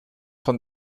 von